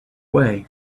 way